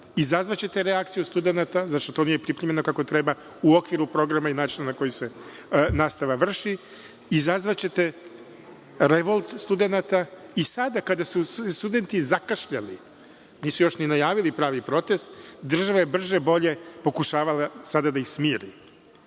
izazvaćete reakciju studenata, to nije pripremljeno kako treba u okviru programa i načina na koji se nastava vrši. Izazvaćete revolt studenata i sada kada su se studenti zakašljali nisu još ni najavili pravi protest, država je brže bolje pokušavala sada da ih smiri. To